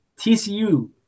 TCU